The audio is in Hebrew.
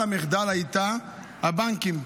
ברירת המחדל הייתה הבנקים.